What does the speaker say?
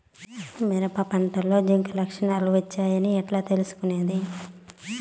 మిరప పంటలో జింక్ లక్షణాలు వచ్చాయి అని ఎట్లా తెలుసుకొనేది?